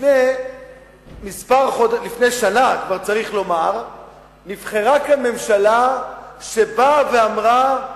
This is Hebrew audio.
לפני שנה נבחרה כאן ממשלה שבאה ואמרה,